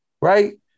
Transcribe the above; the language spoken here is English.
Right